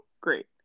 Great